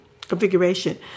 configuration